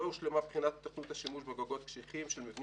לא הושלמה בחינת תוכנית השימוש בגגות קשיחים של מבנים